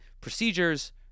procedures